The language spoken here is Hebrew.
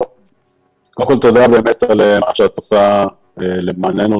תודה על מה שאת עושה למעננו,